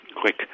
quick